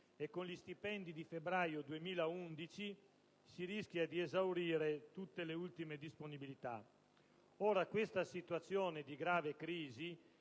che con gli stipendi di febbraio 2011 si rischia di esaurire tutte le ultime disponibilità. Questa situazione di grave crisi